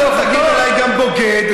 למה לא תגיד עליי גם בוגד?